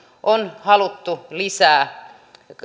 on haluttu lisää